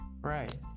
Right